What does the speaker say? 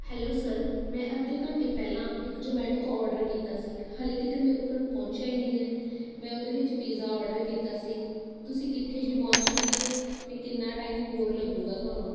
hello sir ਮੈਂ ਅੱਧੇ ਘੰਟੇ ਪਹਿਲਾਂ ਇੱਕ ਜੋਮੈਟੋ ਤੋਂ ਆਰਡਰ ਕੀਤਾ ਸੀ ਹਾਲੇ ਤੱਕ ਮੇਰੇ ਕੋਲ ਪਹੁੰਚਿਆ ਹੀ ਨਹੀਂ ਹੈ ਮੈਂ ਉਹਦੇ ਵਿੱਚ ਪਿਜ਼ਾ ਔਡਰ ਕੀਤਾ ਸੀ ਤੁਸੀਂ ਕਿੱਥੇ ਜਿਹੇ ਪਹੁੰਚ ਗਏ ਅਤੇ ਕਿੰਨਾ ਟਾਈਮ ਹੋਰ ਲੱਗੇਗਾ ਤੁਹਾਨੂੰ